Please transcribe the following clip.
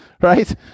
right